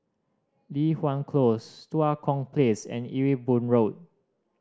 Li Hwan Close Tua Kong Place and Ewe Boon Road